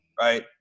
right